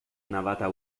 navata